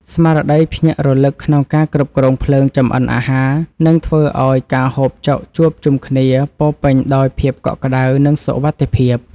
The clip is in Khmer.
ស្មារតីភ្ញាក់រលឹកក្នុងការគ្រប់គ្រងភ្លើងចម្អិនអាហារនឹងធ្វើឱ្យការហូបចុកជួបជុំគ្នាពោរពេញដោយភាពកក់ក្តៅ និងសុវត្ថិភាព។